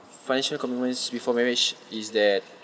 financial commitments before marriage is that